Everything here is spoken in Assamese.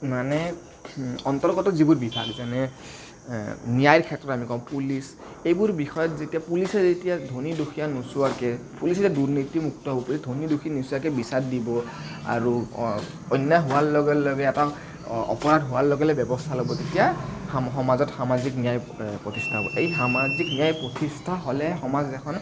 মানে অন্তৰ্গত যিবোৰ বিভাগ মানে ন্যায়ৰ ক্ষেত্ৰত আমি কম পুলিচ এইবোৰ বিষয়ত যেতিয়া পুলিচে যেতিয়া ধনী দুখীয়া নোচোৱাকে পুলিচে দুৰ্নীতিমুক্ত হ'ব ধনী দুখীয়া নোচোৱাকে বিচাৰ দিব আৰু অন্যায় হোৱাৰ লগে লগে এটা অপৰাধ হোৱাৰ লগে লগে ব্য়ৱস্থা ল'ব তেতিয়া সমাজত সামাজিক ন্যায় প্ৰতিষ্ঠা হ'ব এই সামাজিক ন্যায় প্ৰতিষ্ঠা হ'লে সমাজ এখন